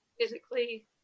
physically